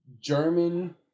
German